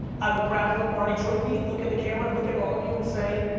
i will grab the lombardi trophy look in the camera, and look at all of you and say,